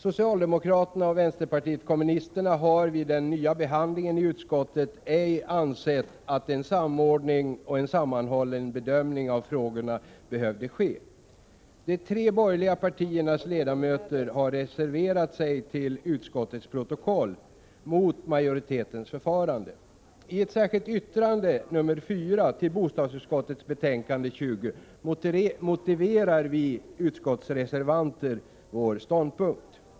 Socialdemokraterna och vänsterpartiet kommunisterna har vid den nya behandlingen i utskottet ej ansett att en samordning och en sammanhållen bedömning av frågorna behövde ske. De tre borgerliga partiernas ledamöter har reserverat sig i utskottets protokoll mot majoritetens förfarande. I ett särskilt yttrande nr 4 till bostadsutskottets betänkande 20 motiverar vi utskottsreservanter vår ståndpunkt.